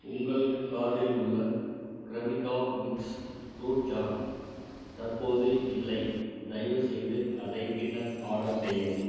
உங்கள் கார்ட்டில் உள்ள க்ரெமிகா மிக்ஸ் ஃப்ரூட் ஜாம் தற்போது இல்லை தயவுசெய்து அதை பின்னர் ஆர்டர் செய்யவும்